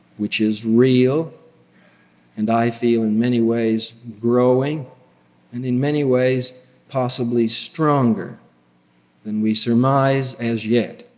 which is real and, i feel, in many ways growing, and in many ways possibly stronger than we surmise as yet